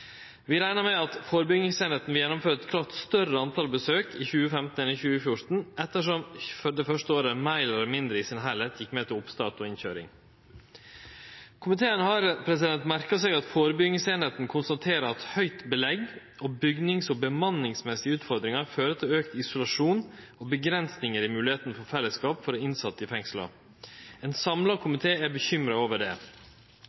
Vi reknar med at førebyggingseininga vil gjennomføre klart fleire besøk i 2015 enn i 2014, ettersom det første året meir eller mindre utan unntak gjekk med til oppstart og innkøyring. Komiteen har merka seg at førebyggingseininga konstaterer at høgt belegg og bygnings- og bemanningsmessige utfordringar fører til auka isolasjon og innstramming når det gjeld høvet til fellesskap for innsette i fengsla. Ein samla